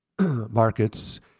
markets